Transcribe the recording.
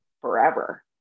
forever